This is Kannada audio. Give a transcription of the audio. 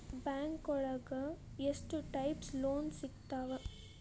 ಬ್ಯಾಂಕೋಳಗ ಎಷ್ಟ್ ಟೈಪ್ಸ್ ಲೋನ್ ಸಿಗ್ತಾವ?